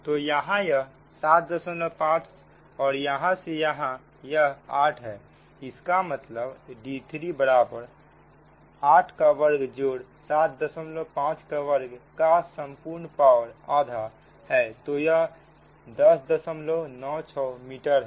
तो यहां यह 75 और यहां से यहां यह 8 है इसका मतलब d3 बराबर 8 का वर्ग जोड़ 75 का वर्ग का संपूर्ण पावर आधा है तो यह 1096 मीटर है